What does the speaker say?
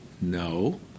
no